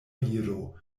viro